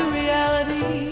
reality